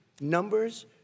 numbers